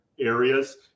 areas